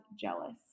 jealous